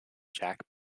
jack